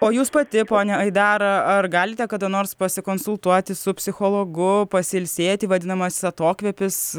o jūs pati ponia aidara ar galite kada nors pasikonsultuoti su psichologu pasiilsėti vadinamas atokvėpis